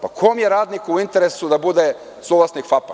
Pa, kom je radniku u interesu da bude suvlasnik FAP-a?